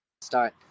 start